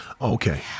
okay